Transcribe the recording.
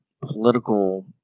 political